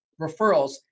referrals